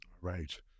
Right